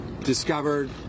discovered